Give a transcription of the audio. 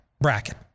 bracket